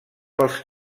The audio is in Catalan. pels